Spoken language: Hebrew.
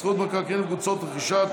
זכות במקרקעין בקבוצת רכישה),